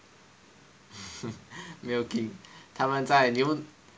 milking 他们在留